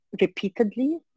repeatedly